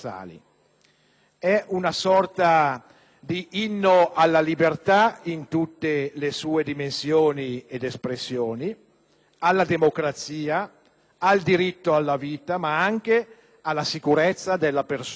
è una sorta di inno alla libertà in tutte le sue dimensioni ed espressioni, alla democrazia, al diritto alla vita, ma anche alla sicurezza della persona.